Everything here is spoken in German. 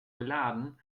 beladen